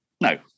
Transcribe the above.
No